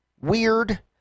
Weird